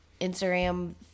Instagram